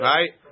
Right